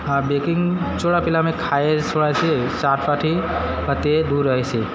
baking soda પેલા અમે ખારી સોડા છાંટવાથી પોતે દૂર રહે છે